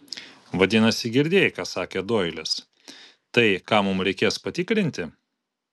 vadinasi girdėjai ką sakė doilis tai ką mums reikės patikrinti